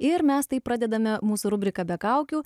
ir mes taip pradedame mūsų rubriką be kaukių